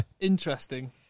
Interesting